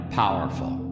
powerful